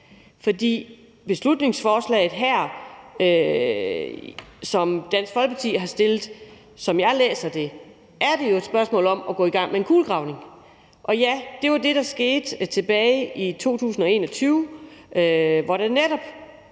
I beslutningsforslaget her, som Dansk Folkeparti har fremsat, er det, som jeg læser det, et spørgsmål om at gå i gang med en kulegravning. Det var jo det, der skete tilbage i 2021, hvor der netop